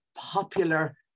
popular